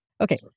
okay